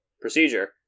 procedure